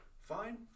Fine